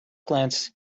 glance